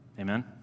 Amen